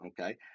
okay